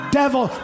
devil